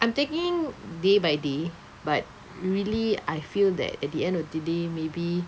I'm taking day by day but really I feel that at the end of the day maybe